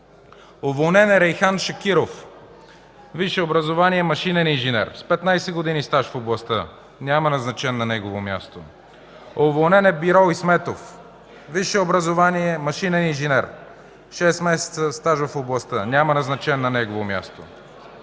Уволнен е Рейхан Шакиров – висше образование, машинен инженер с 15 години стаж в областта. Няма назначен на негово място. Уволнен е Бирол Исметов – висше образование, машинен инженер, шест месеца стаж в областта. Няма назначен на негово място.